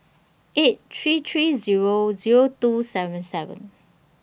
eight three three Zero Zero two seven seven